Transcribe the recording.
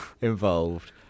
Involved